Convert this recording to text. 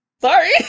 sorry